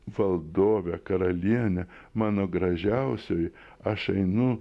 valdove karaliene mano gražiausioji aš einu